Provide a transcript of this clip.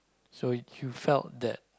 so you felt that